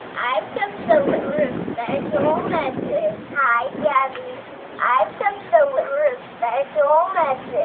i've come to deliver a special message. hi, yeah i've come to deliver a special message.